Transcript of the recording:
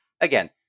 again